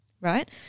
right